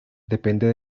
depende